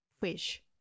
fish